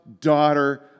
daughter